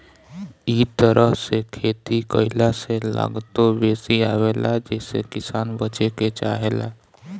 इ तरह से खेती कईला से लागतो बेसी आवेला जेसे किसान बचे के चाहेला